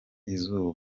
izuba